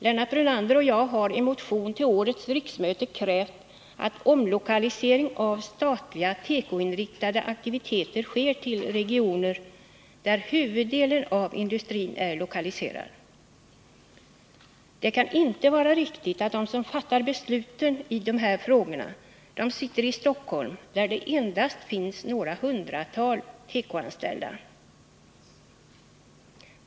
Lennart Brunander och jag har i motion till årets riksmöte krävt att omlokalisering av statliga tekoinriktade aktiviteter sker till regioner där huvuddelen av industrin är lokaliserad. Det kan inte vara riktigt att de som fattar besluten sitter i Stockholm, där det endast finns något hundratal tekoanställda.